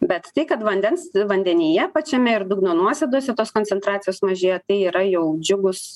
bet tai kad vandens vandenyje pačiame ir dugno nuosėdose tos koncentracijos mažėja tai yra jau džiugūs